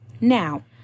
Now